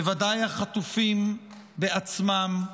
בוודאי החטופים בעצמם,